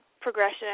progression